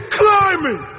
climbing